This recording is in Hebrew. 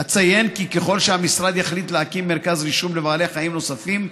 אציין כי ככל שהמשרד יחליט להקים מרכז רישום לבעלי חיים נוספים,